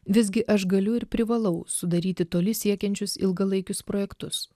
visgi aš galiu ir privalau sudaryti toli siekiančius ilgalaikius projektus